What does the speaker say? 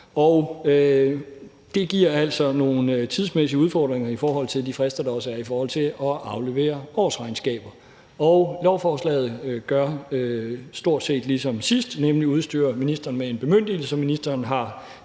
Det giver altså nogle tidsmæssige udfordringer i forhold til de frister, der er for at aflevere årsregnskaber. Lovforslaget gør stort set det samme som sidst, nemlig udstyrer ministeren med en bemyndigelse, og ministeren har